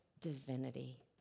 divinity